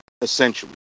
essentially